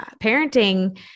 parenting